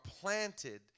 planted